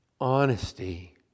honesty